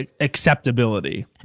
acceptability